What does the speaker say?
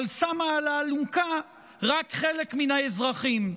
אבל שמה על האלונקה רק חלק מהאזרחים.